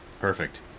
perfect